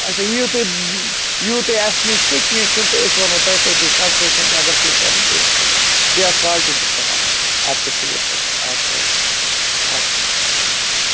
اَچھا یِیِو تُہۍ یِیِو تُہۍ اَسہِ نِش تہٕ کیٚنٛہہ چھُنہٕ تہٕ أسۍ وَنہو تۄہہِ تٔتی کَنسیشَن تہِ اگر پیٚیہِ کَرٕنۍ تہٕ أسۍ کَرو بیٚیہِ آسہٕ کالٹی تہِ صاف اَدٕ کیٛاہ ٹھیٖک حظ اَدٕ کیٛاہ اَدٕ کیٛاہ